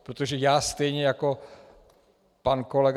Protože já stejně jako pan kolega